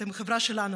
אתם חברה שלנו,